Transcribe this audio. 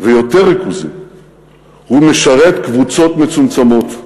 ויותר ריכוזי הוא משרת קבוצות מצומצמות.